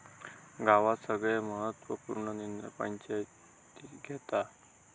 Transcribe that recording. गावात सगळे महत्त्व पूर्ण निर्णय पंचायती घेतत